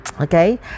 okay